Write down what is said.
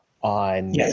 on